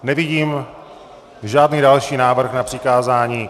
Nevidím žádný další návrh na přikázání.